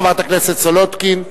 חברת הכנסת סולודקין.